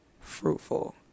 fruitful